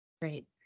Great